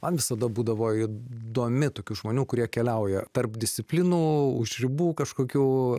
man visada būdavo įdomi tokių žmonių kurie keliauja tarp disciplinų už ribų kažkokių